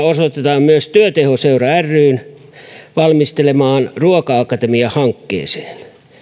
osoitetaan myös työtehoseura ryn valmistelemaan ruoka akatemia hankkeeseen